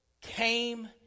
came